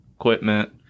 equipment